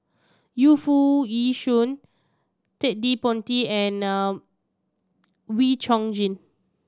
Yu Foo Yee Shoon Ted De Ponti and Wee Chong Jin